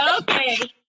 Okay